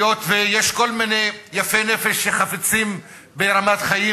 היות שיש כל מיני יפי נפש שחפצים ברמת חיים